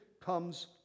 comes